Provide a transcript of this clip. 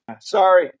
Sorry